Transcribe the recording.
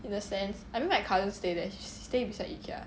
in a sense I mean my cousin stay there she stay beside ikea